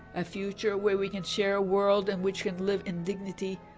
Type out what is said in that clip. a future where we can share a world in which can live in dignity,